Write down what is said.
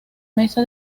mesa